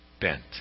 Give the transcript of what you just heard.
bent